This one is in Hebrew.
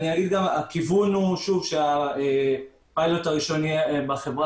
הכיוון הוא שהפיילוט הראשון יהיה בחברה